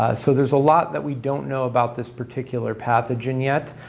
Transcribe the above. ah so there's a lot that we don't know about this particular pathogen yet.